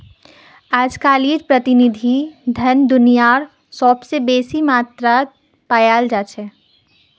अजकालित प्रतिनिधि धन दुनियात सबस बेसी मात्रात पायाल जा छेक